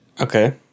Okay